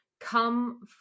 come